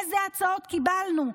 איזה הצעות קיבלנו?